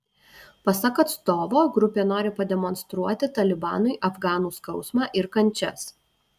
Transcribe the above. pasak atstovo grupė nori pademonstruoti talibanui afganų skausmą ir kančias